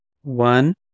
one